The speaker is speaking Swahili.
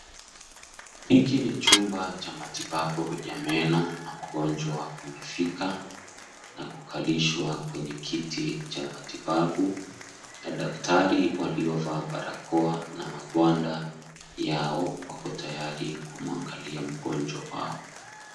Hiki ni chumba cha matibabu ya meno na mgonjwa amefika na kukalishwa kwenye kiti cha matibabu na daktari waliovaa barakoa na magwanda yao, wako tayari kumuangalia mgonjwa wao.